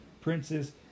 princes